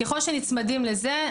ככל שנצמדים לזה,